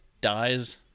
dies